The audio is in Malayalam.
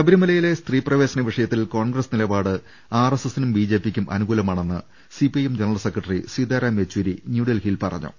ശബരിമലയിലെ സ്ത്രീപ്രവേശന വിഷയത്തിൽ കോൺഗ്രസ് നിലപാട് ആർഎസ്എസിനും ബിജെപിക്കും അനുകൂലമാണെന്ന് CP IM general secretary Sitaram Yechury ന്യൂഡൽഹിയിൽ പറഞ്ഞു